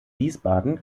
wiesbaden